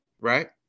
right